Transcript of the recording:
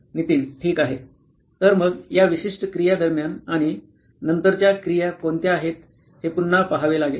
नितीन ठीक आहे तर मग या विशिष्ट क्रियादरम्यान आणि नंतरच्या क्रिया कोणत्या आहेत हे पुन्हा पहावे लागेल